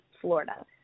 Florida